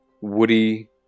Woody